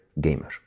gamer